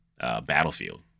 Battlefield